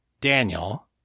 Daniel